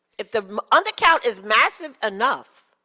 if the under count is massive enough,